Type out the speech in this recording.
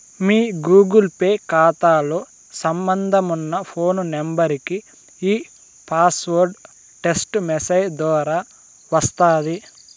మీ Google Pay కాతాతో సంబంధమున్న phone నెంబరికి ఈ పాస్వార్డు టెస్టు మెసేజ్ దోరా వస్తాది